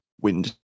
wind